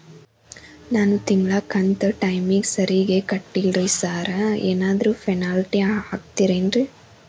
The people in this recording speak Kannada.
ನಾನು ತಿಂಗ್ಳ ಕಂತ್ ಟೈಮಿಗ್ ಸರಿಗೆ ಕಟ್ಟಿಲ್ರಿ ಸಾರ್ ಏನಾದ್ರು ಪೆನಾಲ್ಟಿ ಹಾಕ್ತಿರೆನ್ರಿ?